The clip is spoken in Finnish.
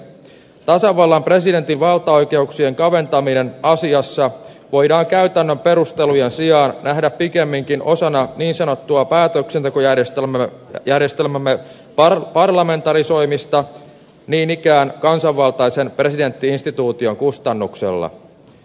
tasavallan presidentin valtaoikeuksien kaventaminen asiassa voidaan käytännön perustelujen sijaan nähdä pikemminkin osana niin sanottua päätöksentekojärjestelmämme parlamentarisoimista niin ikään kansanvaltaisen presidentti instituution kustannuksella